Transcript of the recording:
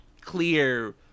clear